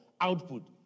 output